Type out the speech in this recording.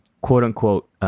quote-unquote